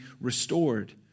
restored